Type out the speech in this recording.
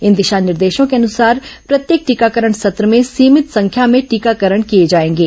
इन दिशा निर्देशों के अनुसार प्रत्यक टीकांकरण सत्र में सीमित संख्या में टीकांकरण किए जाएंगे